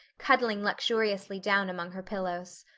cuddling luxuriously down among her pillows.